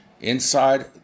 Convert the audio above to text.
Inside